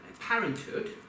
parenthood